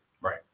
Right